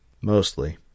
Mostly